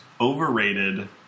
overrated